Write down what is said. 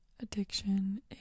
Addiction